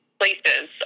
places